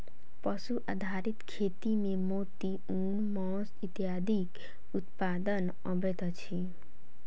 पशु आधारित खेती मे मोती, ऊन, मौस इत्यादिक उत्पादन अबैत अछि